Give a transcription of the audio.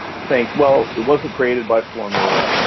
think well, it wasn't created by formula,